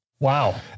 Wow